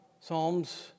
psalms